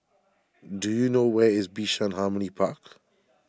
do you know where is Bishan Harmony Park